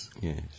Yes